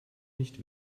nicht